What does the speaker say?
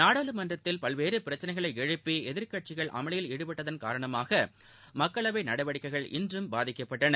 நாடாளுமன்றத்தில் பல்வேறு பிரச்னைகளை எழுப்பி எதிர்க்கட்சிகள் அமளியில் ஈடுபட்டதன் காரணமாக மக்களவை நடவடிக்கைகள் இன்றும் பாதிக்கப்பட்டன